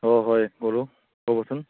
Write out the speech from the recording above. অঁ হয় কৰোঁ ক'বচোন